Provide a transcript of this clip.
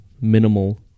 minimal